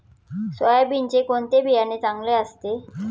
सोयाबीनचे कोणते बियाणे चांगले असते?